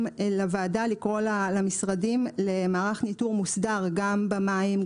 לוועדה לקרוא למשרדים למערך ניטור מוסדר: גם במים,